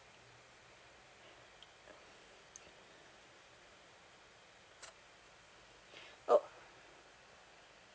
oh